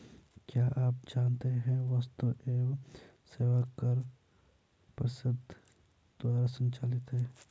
क्या आप जानते है वस्तु एवं सेवा कर परिषद द्वारा संचालित है?